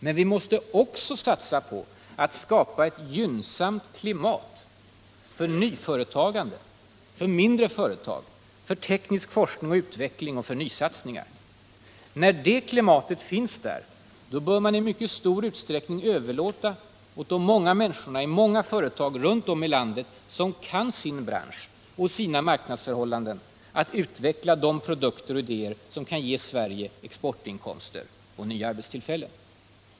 Men vi måste också satsa på att skapa ett gynnsamt klimat för nyföretagen, för mindre företag, för teknisk forskning och utveckling samt för nysatsningar. När det klimatet finns där bör man i mycket stor utsträckning överlåta åt de många människorna i många företag runt om i landet, som kan sin bransch och sina marknadsförhållanden, att utveckla de produkter och de idéer som kan ge Sverige exportinkomster och nya arbetstillfällen.